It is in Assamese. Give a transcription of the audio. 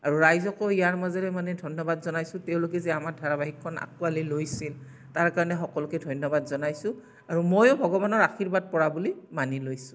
আৰু ৰাইজকো ইয়াৰ মাজেৰে মানে ধন্য়বাদ জনাইছোঁ তেওঁলোকে যে আমাৰ ধাৰাবাহিকখন আঁকোৱালি লৈছিল তাৰ কাৰণে সকলোকে ধন্য়বাদ জনাইছোঁ আৰু ময়ো ভগৱানৰ আশীৰ্বাদ পৰা বুলি মানি লৈছোঁ